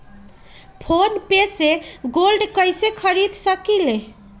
Phone पे से gold कईसे खरीद सकीले?